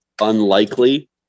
unlikely